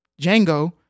Django